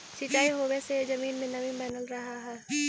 सिंचाई होवे से जमीन में नमी बनल रहऽ हइ